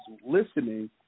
listening